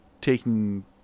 taking